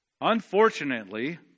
Unfortunately